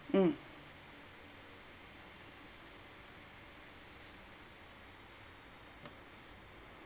mm